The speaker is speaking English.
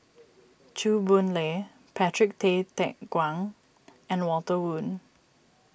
Chew Boon Lay Patrick Tay Teck Guan and Walter Woon